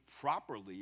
properly